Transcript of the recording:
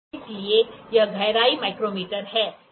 इसलिए यह गहराई माइक्रोमीटर है